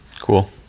Cool